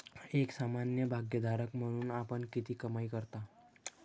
एक सामान्य भागधारक म्हणून आपण किती कमाई करता?